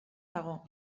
dago